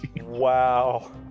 Wow